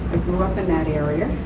grew up in that area.